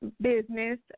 business